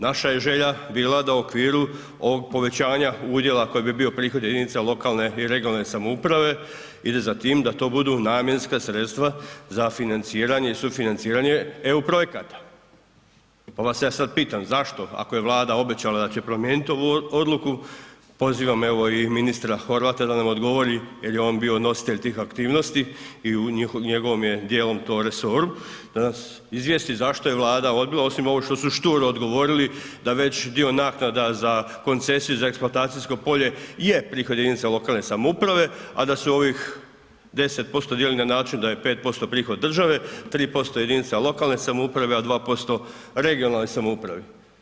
Naša je želja bila da u okviru ovog povećanja udjela koji bi bio prihvaćen jedinicama lokalne i regionalne samouprave ide za tim da to budu namjenska sredstva za financiranje i sufinanciranje EU projekata, pa vas ja sad pitam zašto ako je Vlada obećala da će promijenit ovu odluku, pozivam evo i ministra Horvata da nam odgovori jel je on bio nositelj tih aktivnosti i u njegovom je djelom to resoru, da nas izvijesti zašto je Vlada odbila osim ovo što su šturo odgovorili da veći dio naknada za koncesiju i za eksploatacijsko polje je preko jedinica lokalne samouprave, a da su ovih 10% dijeli na način da je 5% prihod države, 3% jedinica lokalne samouprave, a 2% regionalnoj samoupravi.